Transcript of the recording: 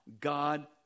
God